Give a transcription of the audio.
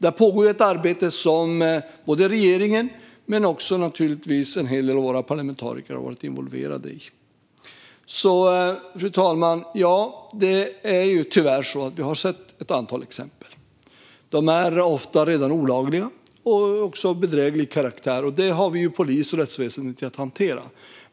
Där pågår ett arbete som både regeringen och naturligtvis också en hel del av våra parlamentariker har varit involverade i. Fru talman! Det är tyvärr så att vi har sett ett antal exempel. De är ofta redan olagliga och av bedräglig karaktär, och det har vi polis och rättsväsen till att hantera.